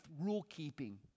rule-keeping